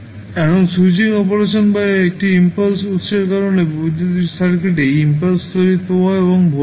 এখন switching operation বা একটি ইম্পালস উত্সের কারণে বৈদ্যুতিক সার্কিটে ইম্পালস তড়িৎ প্রবাহ এবং ভোল্টেজ